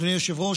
אדוני היושב-ראש,